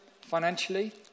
financially